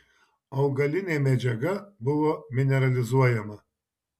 augalinė medžiaga buvo mineralizuojama